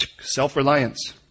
self-reliance